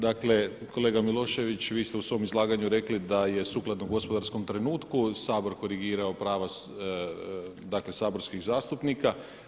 Dakle kolega Milošević vi ste u svom izlaganju rekli da je sukladno gospodarskom trenutku Sabor korigirao prava dakle saborskih zastupnika.